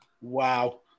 Wow